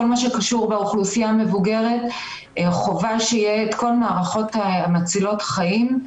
כל מה שקשור באוכלוסייה מבוגרת חובה שיהיו כל המערכות מצילות החיים,